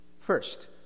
First